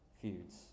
feuds